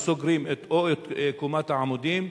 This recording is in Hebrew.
ואז סוגרים או את קומת העמודים,